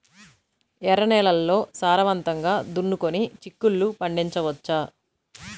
ఎర్ర నేలల్లో సారవంతంగా దున్నుకొని చిక్కుళ్ళు పండించవచ్చు